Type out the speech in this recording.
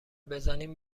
بزنیم